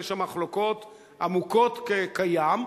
יש שם מחלוקות עמוקות כים,